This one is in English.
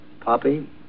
Poppy